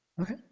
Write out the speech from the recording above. Okay